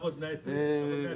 למעשה יש לנו עוד חודש.